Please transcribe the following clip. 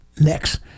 next